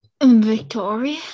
Victoria